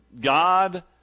God